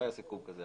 לא היה סיכום כזה,